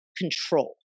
control